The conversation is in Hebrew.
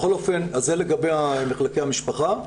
בכל אופן, זה לגבי מחלקי המשפחה.